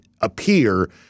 appear